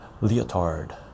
Leotard